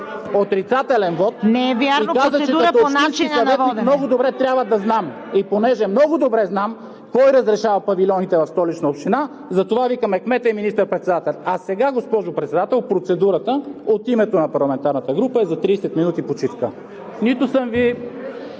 СВИЛЕНСКИ: …и каза, че като общински съветник много добре трябва да знам. И понеже много добре знам кой разрешава павилионите в Столична община, затова викаме кмета и министър-председателя. А сега, госпожо Председател, процедурата от името на парламентарната група е за 30 минути почивка. Нито съм Ви